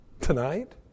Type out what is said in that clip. tonight